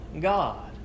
God